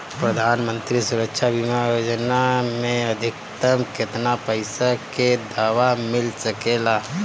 प्रधानमंत्री सुरक्षा बीमा योजना मे अधिक्तम केतना पइसा के दवा मिल सके ला?